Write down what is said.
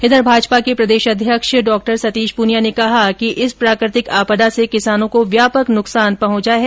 इधर भाजपा के प्रदेशाध्यक्ष डॉ सतीश पूनिया ने कहा कि इस प्राकृतिक आपदा से किसानों को व्यापक नुकसान पहुंचा है